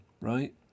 right